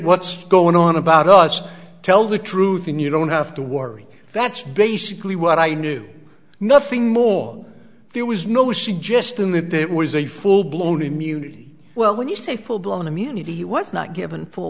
what's going on about us tell the truth when you don't have to worry that's basically what i knew nothing more there was no she just in the it was a full blown immunity well when you say full blown immunity he was not given full